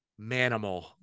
Manimal